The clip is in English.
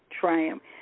Triumph